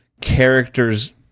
character's